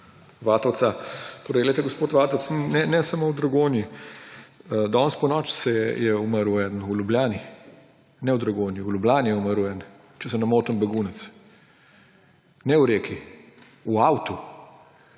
Vatovca. Glejte, gospod Vatovec, ne samo v Dragonji, danes ponoči je umrl eden v Ljubljani. Ne v Dragonji, v Ljubljani je umrl en, če se ne motim, begunec. Ne v reki, v avtu